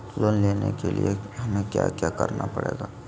Loan लेने के लिए हमें क्या क्या करना पड़ेगा?